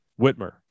Whitmer